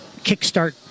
kickstart